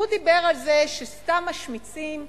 והוא דיבר על זה שסתם משמיצים,